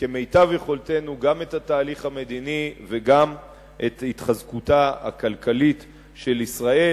כמיטב יכולתנו גם את התהליך המדיני וגם את התחזקותה הכלכלית של ישראל,